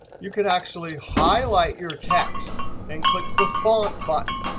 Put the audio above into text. you could actually highlight your text and click the font button.